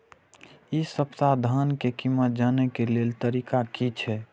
इ सप्ताह धान के कीमत जाने के लेल तरीका की छे?